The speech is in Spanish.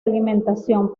alimentación